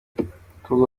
abakobwa